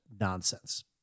nonsense